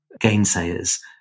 gainsayers